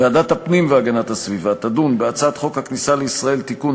ועדת הפנים והגנת הסביבה תדון בהצעת חוק הכניסה לישראל (תיקון,